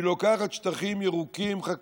היא לוקחת שטחים ירוקים, חקלאיים,